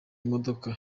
modoka